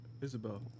Isabel